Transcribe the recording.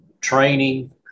training